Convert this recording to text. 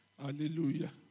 Hallelujah